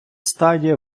стадія